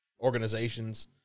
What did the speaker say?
organizations